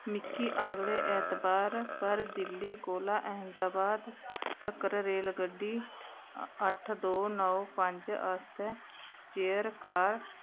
मिगी अगले ऐतबार पर दिल्ली कोला दा अहमदाबाद तक्कर रेल गड्डी अट्ठ दो नौ पंज आस्तै चेयर कार